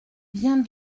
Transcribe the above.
viens